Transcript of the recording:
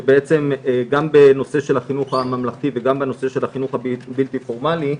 גם בנושא של החינוך הממלכתי וגם בנושא של החינוך הבלתי פורמאלי,